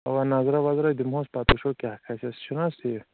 اَوا نظرا وظرا دِمہوس پَتہٕ وٕچھو کیٛاہ کھسٮ۪س چھُنہٕ حظ ٹھیٖک